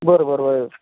बरं बरं बरं बरं